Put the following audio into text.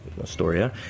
Astoria